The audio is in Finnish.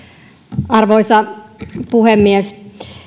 arvoisa puhemies